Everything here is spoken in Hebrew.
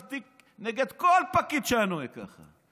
את היית מוציאה פסק דין נגד כל פקיד שהיה נוהג ככה,